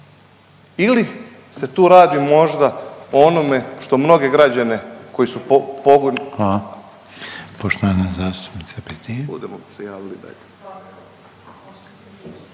Ili se tu radi možda o onome što mnoge građane koji su …